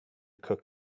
cook